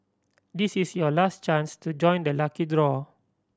this is your last chance to join the lucky draw